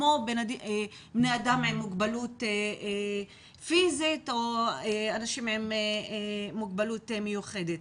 כמו בני אדם עם מוגבלות פיזית או אנשים עם מוגבלות מיוחדת.